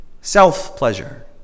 self-pleasure